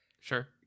Sure